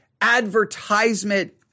advertisement